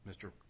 Mr